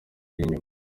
inyuma